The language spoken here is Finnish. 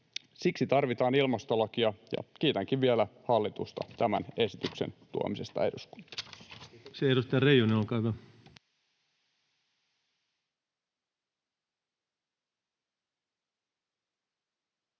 Siksi tarvitaan ilmastolakia. Kiitänkin vielä hallitusta tämän esityksen tuomisesta eduskuntaan.